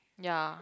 ya